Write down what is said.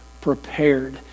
prepared